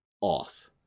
off